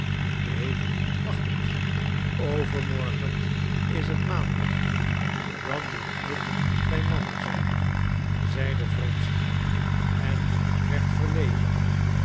neen wacht eens overmorgen is het maandag dan moet ik bij mama zijn zeide wronsky en werd verlegen